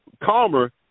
calmer